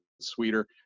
sweeter